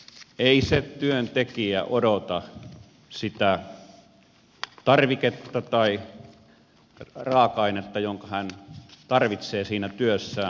ei se työntekijä odota sitä tarviketta tai raaka ainetta jonka hän tarvitsee siinä työssään